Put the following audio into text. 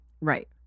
Right